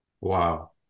Wow